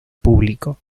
público